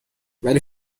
ولی